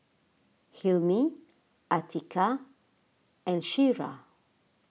Hilmi Atiqah and Syirah